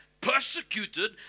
Persecuted